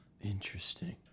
Interesting